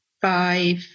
five